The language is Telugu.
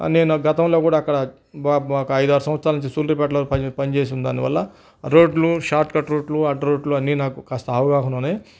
నేను గతంలో కూడా అక్కడ బాగా ఒక ఐదు ఆరు సంవత్సరాల నుంచి సూళ్లూరుపేటలోనే పనిచేసిందానివల్ల రోడ్లు షార్ట్ కట్ రోడ్లు షార్ట్ కట్ రూట్లు అడ్డ రోడ్లన్నీ నాకు కాస్త అవగాహన ఉన్నాయి